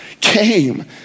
came